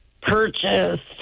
purchased